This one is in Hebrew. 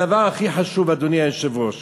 אדוני היושב-ראש,